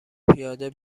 پیاده